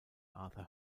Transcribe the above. arthur